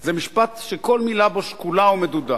זה משפט שכל מלה בו שקולה ומדודה: